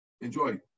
Enjoy